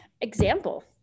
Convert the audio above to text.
example